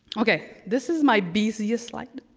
okay, this is my busiest slide,